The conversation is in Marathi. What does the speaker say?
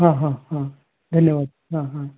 हां हां हां धन्यवाद हां हां